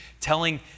telling